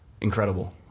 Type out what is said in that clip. incredible